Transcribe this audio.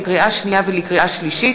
לקריאה שנייה ולקריאה שלישית,